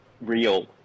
real